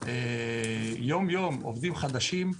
יום יום עובדים חדשים.